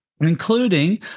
including